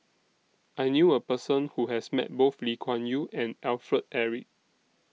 I knew A Person Who has Met Both Lee Kuan Yew and Alfred Eric